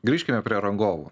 grįžkime prie rangovų